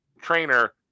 trainer